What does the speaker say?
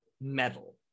metal